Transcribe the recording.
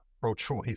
pro-choice